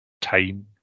time